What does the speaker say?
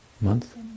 Month